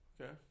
Okay